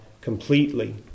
completely